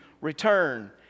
return